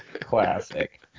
Classic